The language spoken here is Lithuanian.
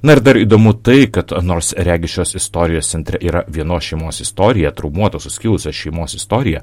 na ir dar įdomu tai kad nors regis šios istorijos centre yra vienos šeimos istorija traumuotos suskilusios šeimos istorija